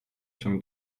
się